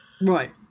right